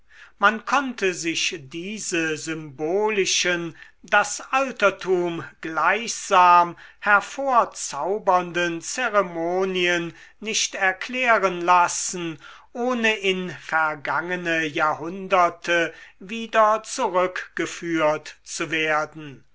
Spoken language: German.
man konnte sich diese symbolischen das altertum gleichsam hervorzaubernden zeremonien nicht erklären lassen ohne in vergangene jahrhunderte wieder zurückgeführt zu werden